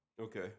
Okay